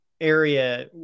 area